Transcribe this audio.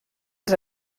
els